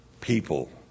people